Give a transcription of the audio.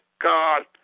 God